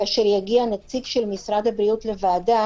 כאשר יגיע נציג של משרד הבריאות לוועדה